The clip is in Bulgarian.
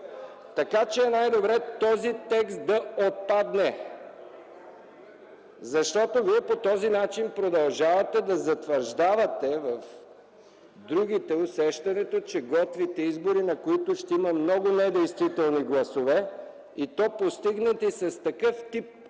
плика. Най-добре е този текст да отпадне! По този начин вие продължавате да затвърждавате в другите усещането, че готвите избори, на които ще има много недействителни гласове, и то постигнати с такъв тип хитрини,